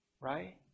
Right